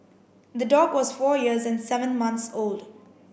the dog was four years and seven months old